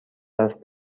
است